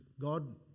God